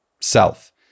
self